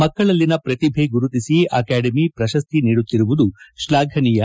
ಮಕ್ಕಳಲ್ಲಿನ ಪ್ರತಿಭೆ ಗುರುತಿಸಿ ಅಕಾಡೆಮಿ ಪ್ರಶಸ್ತಿ ನೀಡುತ್ತಿರುವುದು ಶ್ಲಾಘನೀಯ